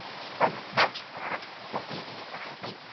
she wasn't much hurt, said davy, defiantly.